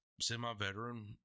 semi-veteran